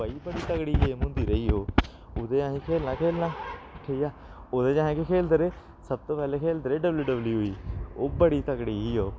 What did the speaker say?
भाई बड़ी तगड़ी गेम होंदी रेही ओह् ओह्दे च असें खेलना खेलना ठीक ऐ ओह्दे च असें के खेलदे रेह् सब तो पैह्लें खेलदे रेह् डब्ल्यू डब्ल्यू ई ओह् बड़ी तकड़ी ही ओह्